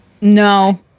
No